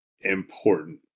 important